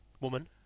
woman